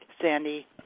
Sandy